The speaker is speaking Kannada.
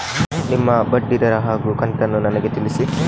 ನಿಮ್ಮ ಬಡ್ಡಿದರ ಹಾಗೂ ಕಂತನ್ನು ನನಗೆ ತಿಳಿಸಿ?